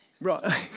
Right